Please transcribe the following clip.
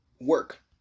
work